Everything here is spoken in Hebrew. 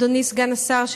אדוני סגן השר,